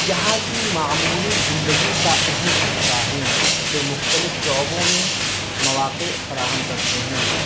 یہاں کی معمولی زندگی کا اہم حصہ ہے جو مختلف شعبوں میں مواقع فراہم کرتے ہیں